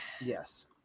Yes